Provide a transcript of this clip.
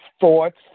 thoughts